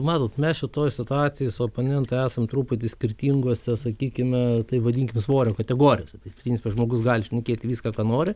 matot mes šitoj situacijoj su oponentu esam truputį skirtinguose sakykime taip vadinkime svorio kategorijose tai principe žmogus gali šnekėti viską ką nori